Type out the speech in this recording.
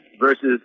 versus